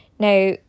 Now